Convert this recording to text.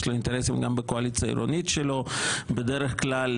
יש לו אינטרסים גם בקואליציה העירונית שלו,